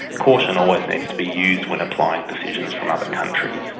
caution always needs to be used when applying decisions from other countries.